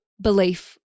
belief